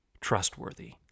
trustworthy